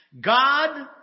God